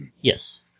Yes